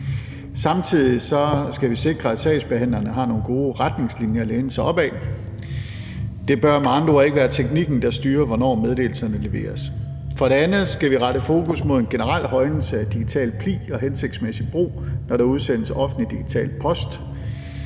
Samtidig skal vi sikre, at sagsbehandlerne har nogle gode retningslinjer at læne sig op ad. Det bør med andre ord ikke være teknikken, der styrer, hvornår meddelelserne leveres. For det andet skal vi rette fokus mod en generel højnelse af digital pli og hensigtsmæssig brug, når der udsendes offentlig digital post.